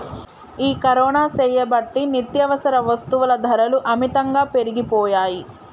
ఈ కరోనా సేయబట్టి నిత్యావసర వస్తుల ధరలు అమితంగా పెరిగిపోయాయి